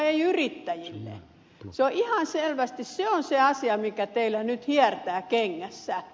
se on ihan selvästi se asia mikä teillä nyt hiertää kengässä